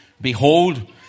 behold